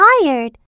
tired